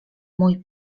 mój